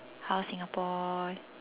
how Singapore